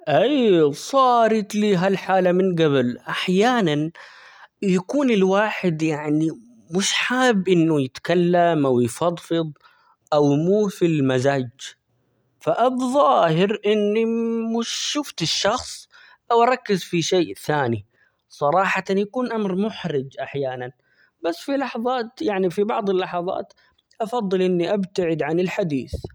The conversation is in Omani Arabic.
أunintelligible صارتلي هالحالة من قبل، أحيانا يكون الواحد يعنى -م- مش حابب إنه يتكلم أو يفضفض ، أو مو فى المزاج ،فأتظاهر إنى -م- مش شفت الشخص ، أو أركز في شيء ثاني، صراحةً يكون أمر محرج أحيانًا، بس في لحظات يعني في بعض اللحظات أفضل إني أبتعد عن الحديث.